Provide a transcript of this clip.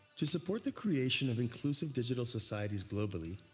to support the creation of inclusive digital societies globally,